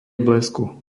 blesku